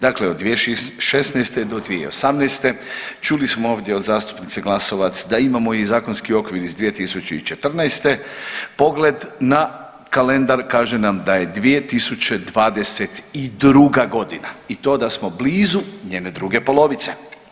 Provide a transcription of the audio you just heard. Dakle, od 2016.-2018. čuli smo ovdje od zastupnice Glasovac da imamo i zakonski okvir iz 2014., pogled na kalendar kaže nam da je 2022.g. i to da smo blizu njene druge polovice.